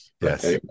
Yes